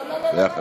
יחד.